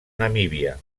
namíbia